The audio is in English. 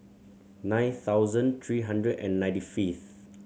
nine thousand three hundred and ninety fifth